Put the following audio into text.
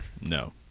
no